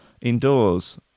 Indoors